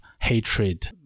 hatred